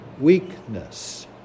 Weakness